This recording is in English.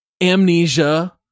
Amnesia